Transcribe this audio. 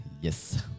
yes